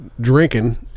drinking